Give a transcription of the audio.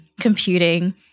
computing